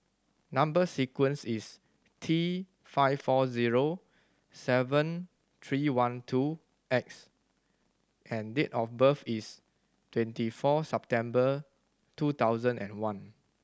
number sequence is T five four zero seven three one two X and date of birth is twenty four September two thousand and one